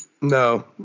no